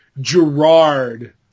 Gerard